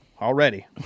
already